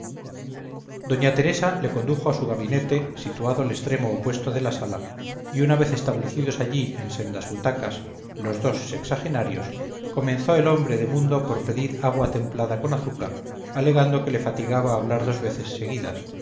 doña teresa le condujo a su gabinete situado al extremo opuesto de la sala y una vez establecidos allí en sendas butacas los dos sexagenarios comenzó el hombre de mundo por pedir agua templada con azúcar alegando que le fatigaba hablar dos veces seguidas